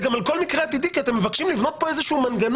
גם על כל מקרה עתידי כי אתם מבקשים לבנות פה איזה שהוא מנגנון,